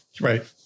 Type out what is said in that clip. Right